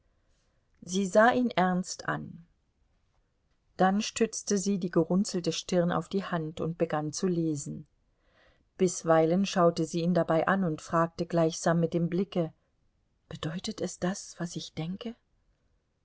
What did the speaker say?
sie sah ihn ernst an dann stützte sie die gerunzelte stirn auf die hand und begann zu lesen bisweilen schaute sie ihn dabei an und fragte gleichsam mit dem blicke bedeutet es das was ich denke